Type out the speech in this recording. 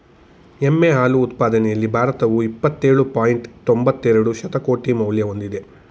ಎಮ್ಮೆ ಹಾಲು ಉತ್ಪಾದನೆಯಲ್ಲಿ ಭಾರತವು ಇಪ್ಪತ್ತೇಳು ಪಾಯಿಂಟ್ ತೊಂಬತ್ತೆರೆಡು ಶತಕೋಟಿ ಮೌಲ್ಯ ಹೊಂದಿದೆ